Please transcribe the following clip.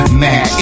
mad